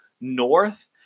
North